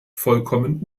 vollkommen